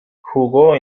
jugó